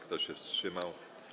Kto się wstrzymał?